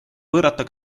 pöörata